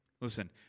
Listen